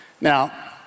Now